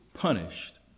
punished